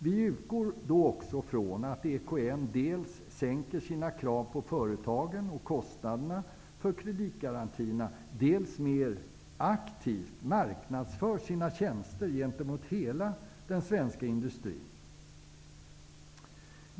Vi utgår då från att EKN dels sänker sina krav på företagen och kostnaderna för kreditgarantierna, dels mer aktivt marknadsför sina tjänster gentemot hela den svenska industrin.